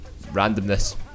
Randomness